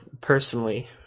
personally